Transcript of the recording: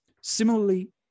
Similarly